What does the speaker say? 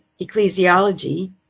ecclesiology